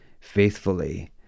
faithfully